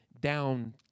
down